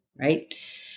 right